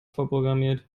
vorprogrammiert